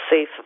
safe